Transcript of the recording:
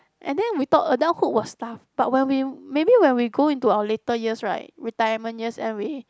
and then we thought adulthood was tough but when we maybe when we go into our later years right retirement years and we